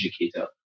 educator